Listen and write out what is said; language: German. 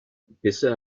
bisher